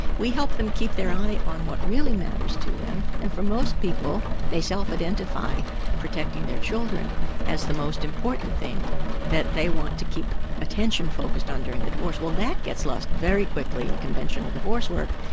we help them keep their eye on what really matters to them and for most people, they self-identify protecting their children as the most important thing that they want to keep attention focused on during the divorce. well that gets lost very quickly in conventional divorce work,